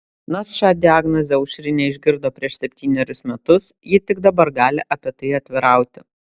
nors šią diagnozę aušrinė išgirdo prieš septynerius metus ji tik dabar gali apie tai atvirauti